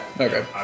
Okay